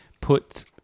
put